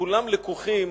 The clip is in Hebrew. כולם לקוחים